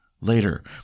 Later